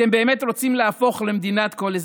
אתם באמת רוצים להפוך למדינת כל אזרחיה?